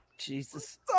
Jesus